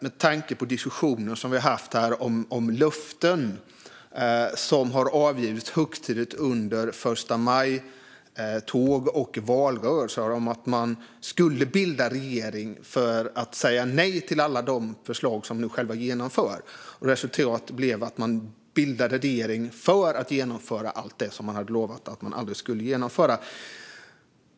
Med tanke på diskussioner som vi har haft här om löften som har avgetts högtidligt under förstamajtåg och valrörelser om att man skulle bilda regering för att säga nej till alla de förslag som ni själva nu genomför behöver jag ändå ställa en liten fråga. Resultatet blev ju att man bildade regering för att genomföra allt det som man hade lovat att man aldrig skulle genomföra.